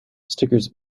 stickers